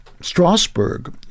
Strasbourg